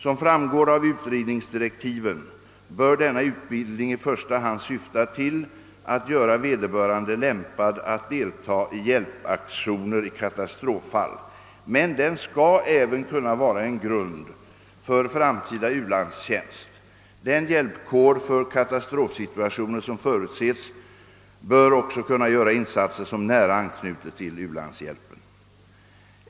Som framgår av utredningsdirektiven bör denna utbildning i första hand syfta till att göra vederbörande lämpad att delta i hjälpaktioner i katastroffall. Men den skall även kunna vara en grund för framtida u-landstjänst. Den hjälpkår för katastrofsituationer som förutses bör också kunna göra insatser som nära anknyter till u-landshjälpen.